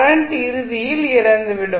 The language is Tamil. கரண்ட் இறுதியில் இறந்துவிடும்